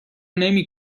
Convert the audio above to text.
نمی